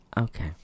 Okay